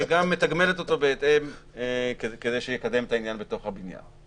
וגם מתגמלת אותו בהתאם כדי שיקדם את העניין בתוך הבניין.